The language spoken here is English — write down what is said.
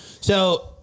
So-